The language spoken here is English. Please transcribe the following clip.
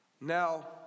Now